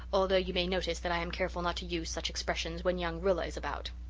although you may notice that i am careful not to use such expressions when young rilla is about.